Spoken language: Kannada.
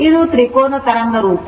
ಇದು ತ್ರಿಕೋನ ತರಂಗ ರೂಪ